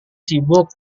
sibuk